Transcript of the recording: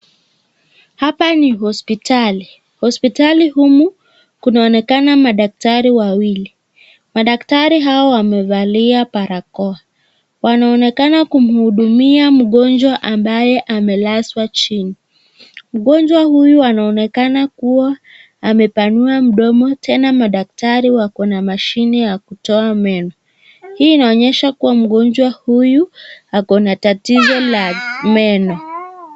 Hapa ni hospitali hospitali humu kunaonekana madaktari wawili madaktari hawa wamevalia barakoa wanaonekana kumhudumia mgonjwa ambaye amelazwa chini. Mgonjwa huyu anaonekana kuwa amepanua mdomo tena madaktari wako na mashine ya kutoa meno hii inaonyesha kuwa mgonjwa huyu ako na atatizo ya meno.